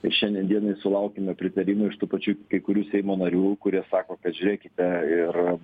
ir šiandien dienai sulaukėme pritarimo iš tų pačių kai kurių seimo narių kurie sako kad žiūrėkite ir